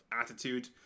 attitude